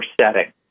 setting